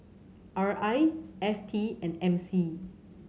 R I F T and M C